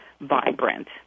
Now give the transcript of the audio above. vibrant